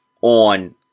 on